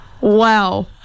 Wow